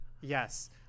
Yes